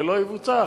ולא יבוצע,